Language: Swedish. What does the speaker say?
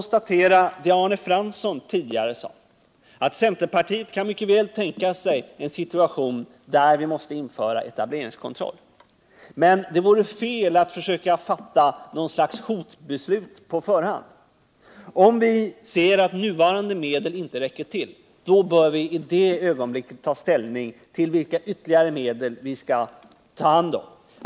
Som Arne Fransson tidigare sagt kan centerpartiet mycket väl tänka sig en situation, där vi måste införa etableringskontroll. Men det vore fel att försöka fatta något slags hotbeslut på förhand. Om vi ser att nuvarande medel inte räcker till, bör vi i det ögonblicket ta ställning till vilka ytterligare medel vi skall ta i anspråk.